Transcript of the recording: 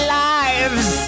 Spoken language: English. lives